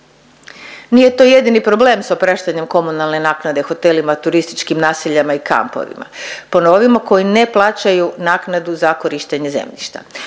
Nije to jedini problem s opraštanjem komunalne naknade hotelima, turističkim naseljima i kampovima, ponovimo koji ne plaćaju naknadu za korištenje zemljišta,